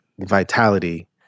vitality